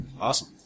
Awesome